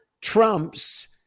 trumps